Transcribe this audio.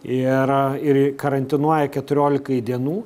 ir ir karantinuoja keturiolikai dienų